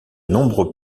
nombreux